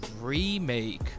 remake